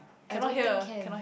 cannot hear cannot